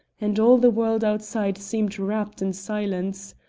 and all the world outside seemed wrapped in silence.